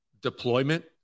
deployment